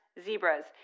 zebras